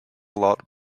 lot